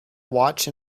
watch